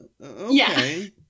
okay